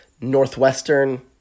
Northwestern